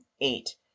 eight